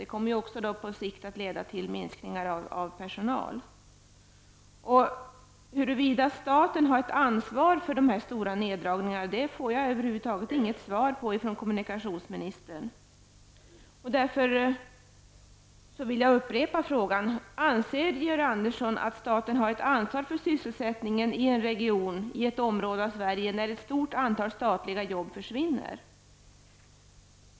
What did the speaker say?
Det kommer också på sikt att leda till minskningar av personalstyrkan. Jag får över huvud taget inget svar från kommunikationsministern, huruvida staten har ett ansvar för de stora neddragningarna. Därför vill jag upprepa frågan. Anser Georg Andersson att staten har ett ansvar för sysselsättningen i ett område av Sverige när ett stort antal statliga arbeten försvinner?